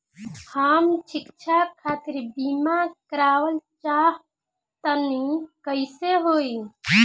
हम शिक्षा खातिर बीमा करावल चाहऽ तनि कइसे होई?